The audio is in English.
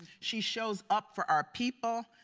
she shows up for our people.